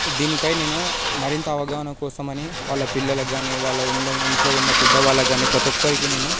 దీనిపై నేను మరింత అవగాహన కోసమని వాళ్ళ పిల్లలకు కాని వాళ్ళ ఇంట్లో ఉన్న పెద్ద వాళ్ళ కాని ప్రతి ఒక్కరికి నేను